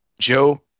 Joe